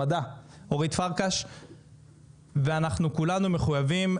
ואנחנו כולנו מחויבים באמת למסלול של מיליון ישראלים להייטק.